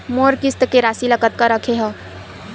मोर किस्त के राशि ल कतका रखे हाव?